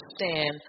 understand